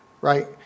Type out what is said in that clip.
right